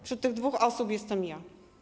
Wśród tych dwóch osób jestem ja.